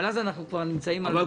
אבל אז אנחנו כבר נמצאים על המסלול.